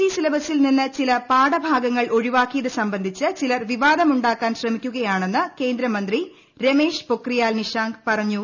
E സിലബസിൽ നിന്ന് ചില പാഠഭാഗങ്ങൾ ഒഴിവാക്കിയതു സംബന്ധിച്ച് ചിലർ വിവാദം ഉണ്ടാക്കാൻ ശ്രമിക്കുകയാണെന്ന് കേന്ദ്രമന്ത്രി രമേഷ് പൊഖ്രിയാൽ നിഷാങ്ക് പറഞ്ഞു